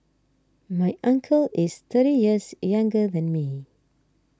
my uncle is thirty years younger than me